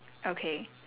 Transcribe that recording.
okay